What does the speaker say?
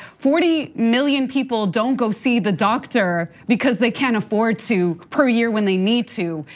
forty million people don't go see the doctor because they can't afford to per year when they need to,